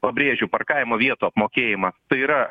pabrėžiu parkavimo vietų apmokėjimas tai yra